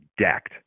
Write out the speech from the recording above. decked